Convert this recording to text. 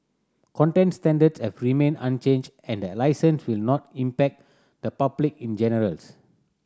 content standards have unchanged and the licence will not impact the public in generals